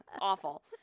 awful